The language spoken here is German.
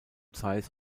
zeiss